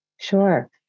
Sure